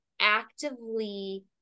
actively